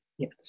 Yes